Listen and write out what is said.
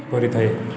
କରିଥାଏ